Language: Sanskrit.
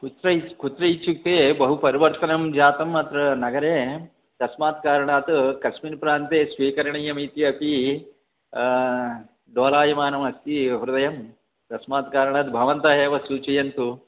कुत्र कुत्र इत्युक्ते बहुपरिवर्तनं जातम् अत्र नगरे तस्मात् कारणात् कस्मिन् प्रान्ते स्वीकरणीयम् इति अपि डोलायमानम् अस्ति हृदयं तस्मात् कारणात् भवन्तः एव सूचयन्तु